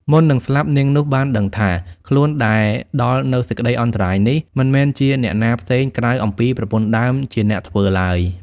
មុននឹងស្លាប់ នាងនោះបានដឹងថា "ខ្លួនដែលដល់នូវសេចក្តីអន្តរាយនេះ មិនមែនជាអ្នកណាផ្សេង ក្រៅអំពីប្រពន្ធដើមជាអ្នកធ្វើឡើយ"។